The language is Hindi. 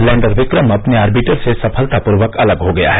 लैण्डर विक्रम अपने ऑर्बिटर से सफलतापूर्वक अलग हो गया है